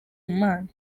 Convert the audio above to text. mana